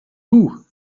vous